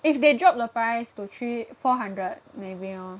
if they drop the price to three four hundred maybe lor